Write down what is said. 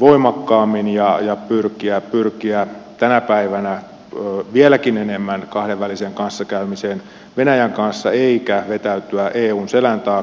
voimakkaammin ja pyrkiä tänä päivänä vieläkin enemmän kahdenväliseen kanssakäymiseen venäjän kanssa eikä vetäytyä eun selän taakse